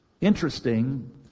Interesting